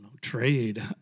trade